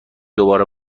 دوباره